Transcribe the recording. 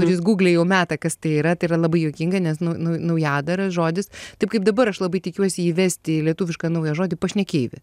kuris gūgle jau meta kas tai yra tai yra labai juokinga nes nu nu naujadaras žodis taip kaip dabar aš labai tikiuosi įvesti lietuvišką naują žodį pašnekeivį